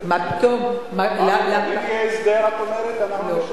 את אומרת: אם יהיה הסדר, אנחנו נישאר שם.